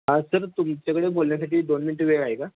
हां सर तुमच्याकडं बोलण्यासाठी दोन मिनटं वेळ आहे का